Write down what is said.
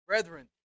Brethren